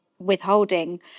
withholding